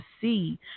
see